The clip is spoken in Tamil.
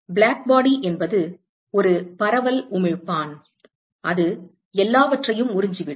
பிளாக் பாடி என்பது ஒரு பரவல் உமிழ்ப்பான் அது எல்லாவற்றையும் உறிஞ்சிவிடும்